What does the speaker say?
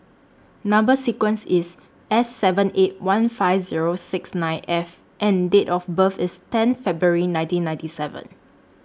Number sequence IS S seven eight one five Zero six nine F and Date of birth IS ten February nineteen ninety seven